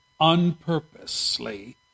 unpurposely